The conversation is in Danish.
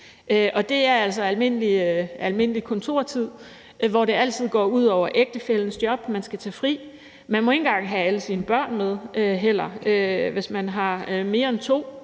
altså almindelig kontortid, hvilket betyder, at det altid går ud over ægtefællens job. Man skal tage fri. Man må heller ikke engang have alle sine børn med. Hvis man har mere end to,